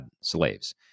slaves